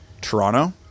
Toronto